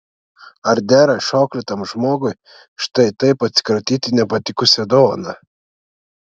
ar dera išauklėtam žmogui štai taip atsikratyti nepatikusia dovana